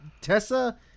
Tessa